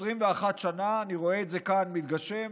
21 שנה, אני רואה את זה כאן מתגשם.